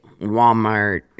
Walmart